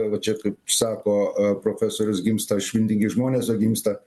va čia kaip sako a profesorius gimsta išmintingi žmonės o gimsta